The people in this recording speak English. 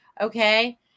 Okay